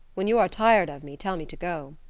when you are tired of me, tell me to go.